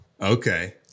okay